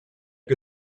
que